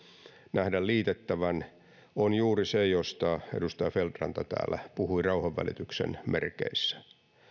nähdä liitettävän on juuri se josta edustaja feldt ranta täällä puhui rauhanvälityksen merkeissä